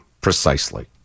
Precisely